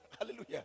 Hallelujah